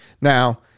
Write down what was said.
now